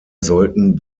sollten